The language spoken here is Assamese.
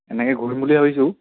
এনেকে ঘূৰিম বুলি ভাবিছোঁ